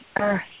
Earth